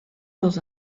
dans